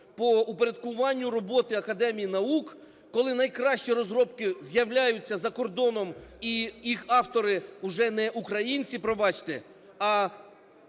по упорядкуванню роботи Академії наук, коли найкращі розробки з'являються за кордоном і їх автори уже не українці, пробачте. А